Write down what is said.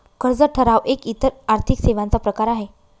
कर्ज ठराव एक इतर आर्थिक सेवांचा प्रकार आहे